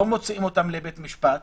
לא מוציאים אותם לבית משפט,